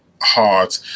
hard